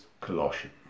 Colossians